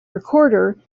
recorder